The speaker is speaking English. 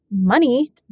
money